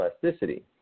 plasticity